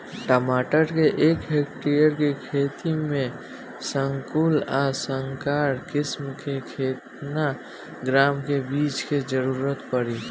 टमाटर के एक हेक्टेयर के खेती में संकुल आ संकर किश्म के केतना ग्राम के बीज के जरूरत पड़ी?